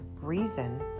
Reason